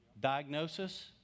diagnosis